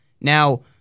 Now